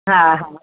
हा हा